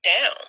down